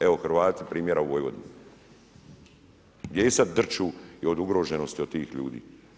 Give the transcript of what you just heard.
Evo Hrvati primjera u Vojvodini, gdje i sada drhću od ugroženosti od tih ljudi.